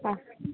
आं